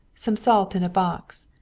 some salt in a box,